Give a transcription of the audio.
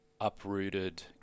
uprooted